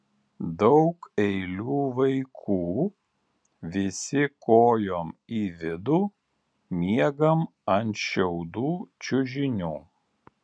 daug eilių vaikų visi kojom į vidų miegam ant šiaudų čiužinių